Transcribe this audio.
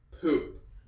poop